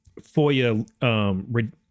FOIA